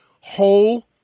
whole